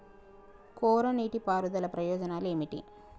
కోరా నీటి పారుదల ప్రయోజనాలు ఏమిటి?